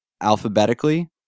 Alphabetically